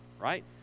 right